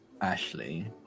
Ashley